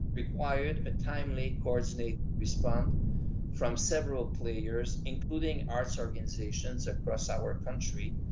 required a timely coordinate respond from several players, including arts organizations across our country,